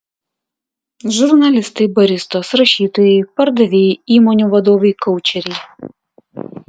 žurnalistai baristos rašytojai pardavėjai įmonių vadovai koučeriai